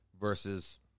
versus